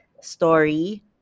story